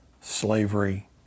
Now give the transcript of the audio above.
slavery